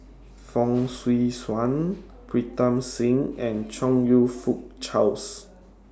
Fong Swee Suan Pritam Singh and Chong YOU Fook Charles